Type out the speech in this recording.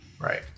Right